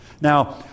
Now